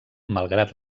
malgrat